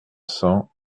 cents